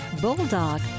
bulldog